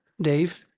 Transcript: Dave